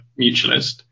mutualist